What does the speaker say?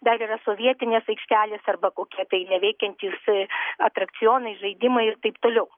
dar yra sovietinės aikštelės arba kokie tai neveikiantys atrakcionai žaidimai ir taip toliau